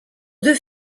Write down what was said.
deux